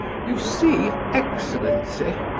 you see, excellency,